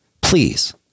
please